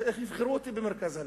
איך יבחרו אותי במרכז הליכוד?